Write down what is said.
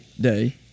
day